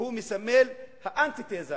והוא מסמל את האנטיתזה